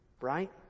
Right